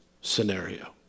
scenario